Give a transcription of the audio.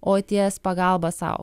o ties pagalba sau